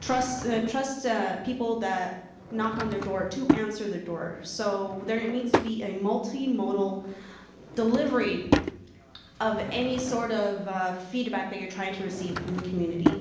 trust trust ah people that knock on their door to answer the door. so there needs to be a multimodal delivery of any sort of feedback that you are trying to receive from the community.